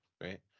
Right